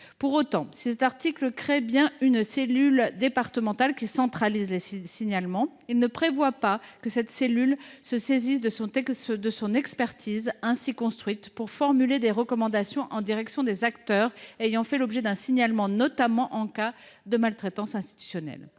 Pour autant, si le présent article acte bien la création d’une cellule départementale centralisant les signalements, il ne prévoit pas que cette cellule se saisisse de son expertise ainsi construite pour formuler des recommandations en direction des acteurs ayant fait l’objet d’un signalement, notamment en cas de maltraitance institutionnelle.